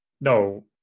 No